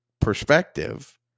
perspective